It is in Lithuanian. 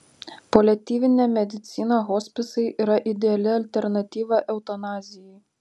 paliatyvinė medicina hospisai yra ideali alternatyva eutanazijai